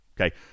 Okay